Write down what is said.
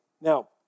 Now